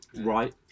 right